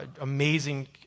amazing